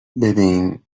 ببین